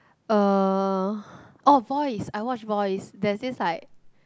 uh orh voice I watch voice there's this like